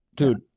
Dude